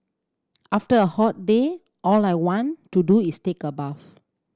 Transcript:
after a hot day all I want to do is take a bath